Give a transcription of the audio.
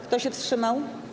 Kto się wstrzymał?